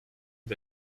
and